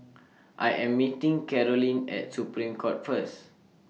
I Am meeting Karolyn At Supreme Court First